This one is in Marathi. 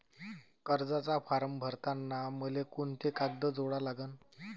कर्जाचा फारम भरताना मले कोंते कागद जोडा लागन?